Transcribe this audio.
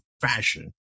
fashion